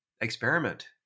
experiment